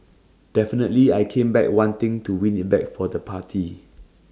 definitely I came back wanting to win IT back for the party